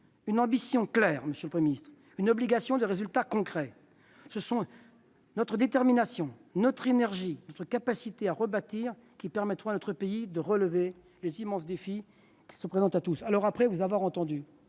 une ambition claire et une obligation de résultat concret. Ce sont notre détermination, notre énergie et notre capacité à rebâtir qui permettront à notre pays de relever les immenses défis qui se présentent à tous.